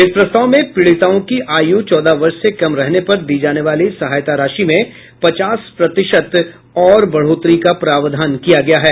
इस प्रस्ताव में पीड़िताओं की आय़् चौदह वर्ष से कम रहने पर दी जाने वाली सहायता राशि में पचास प्रतिशत और बढ़ोतरी का प्रावधान किया गया है